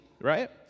right